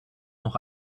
noch